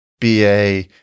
BA